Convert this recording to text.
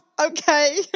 Okay